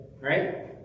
Right